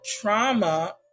trauma